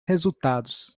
resultados